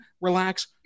relax